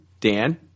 Dan